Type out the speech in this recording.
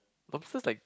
lobster like